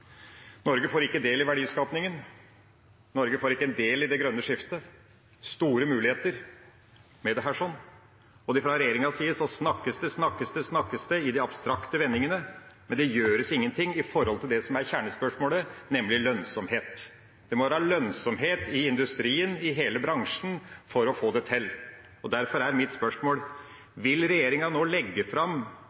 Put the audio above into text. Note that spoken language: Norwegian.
Norge får ikke del i verdiskapingen. Norge får ikke del i det grønne skiftet. Det er store muligheter med dette. Fra regjeringas side snakkes det og snakkes det i abstrakte vendinger, men det gjøres ingen ting for det som er kjernespørsmålet, nemlig lønnsomhet. Det må være lønnsomhet i industrien og i hele bransjen for å få det til. Derfor er mitt spørsmål: Vil regjeringa snart legge fram